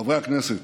חברי הכנסת,